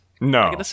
No